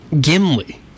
Gimli